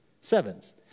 sevens